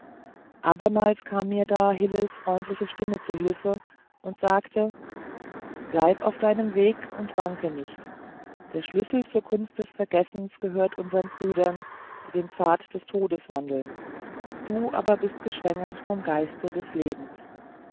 abermals kam mir da hillels freundliche stimme zu hilfe und sagte bleib auf deinem weg und wanke nicht der schlüssel zur kunst des vergessens gehört unseren brüdern die den pfad des todes wandeln du aber bist geschwängert vom geiste des lebens